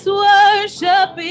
worship